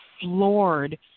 floored